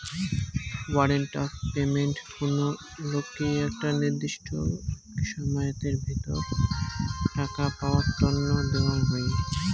warrant of payment কুনো লোককি একটা নির্দিষ্ট সময়াতের ভিতর টাকা পাওয়ার তন্ন দেওয়াঙ হই